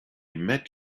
met